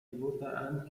بردهاند